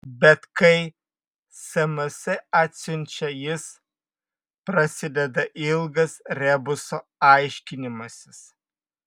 bet kai sms atsiunčia jis prasideda ilgas rebuso aiškinimasis